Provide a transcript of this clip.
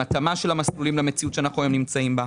התאמה של המסלולים למציאות שאנחנו היום נמצאים בה.